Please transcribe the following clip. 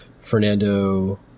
fernando